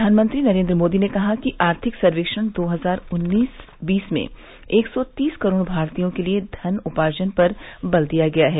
प्रधानमंत्री नरेंद्र मोदी ने कहा है कि आर्थिक सर्वेक्षण दो हजार उन्नीस बीस में एक सौ तीस करोड़ भारतीयों के लिए धन उपार्जन पर बल दिया गया है